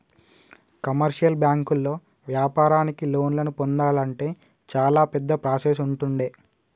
commercial బ్యాంకుల్లో వ్యాపారానికి లోన్లను పొందాలంటే చాలా పెద్ద ప్రాసెస్ ఉంటుండే